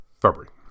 february